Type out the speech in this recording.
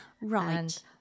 Right